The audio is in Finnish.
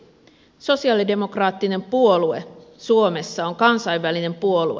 sosiaalidemokraattinen puolue suomessa on kansainvälinen puolue